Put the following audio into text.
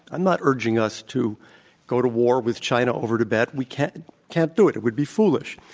i'm not urging us to go to war with china over tibet. we can't can't do it. it would be foolish.